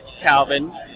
Calvin